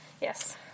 Yes